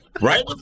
right